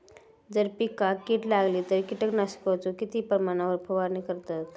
जर पिकांका कीड लागली तर कीटकनाशकाचो किती प्रमाणावर फवारणी करतत?